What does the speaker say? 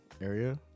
area